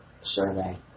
survey